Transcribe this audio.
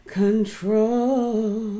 control